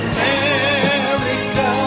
America